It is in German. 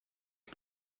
mit